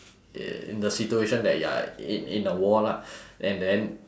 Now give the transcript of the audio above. in the situation that you are in in a war lah and then